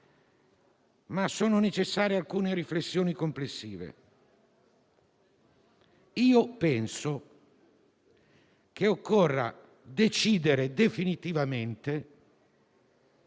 ma sono necessarie alcune riflessioni complessive. Io penso che occorra prendere definitivamente